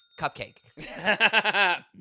cupcake